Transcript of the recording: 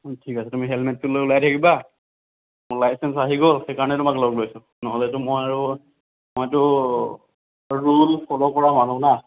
ঠিক আছে তুমি হেলমেটটো লৈ ওলাই থাকিবা মোৰ লাইচেঞ্চো আহি গ'ল সেইকাৰণে তোমাক লগ ধৰিছোঁ নহ'লেতো মই আৰু মইটো আৰু ৰুল ফল' কৰা মানুহ না